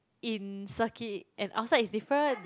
in circuit and outside is different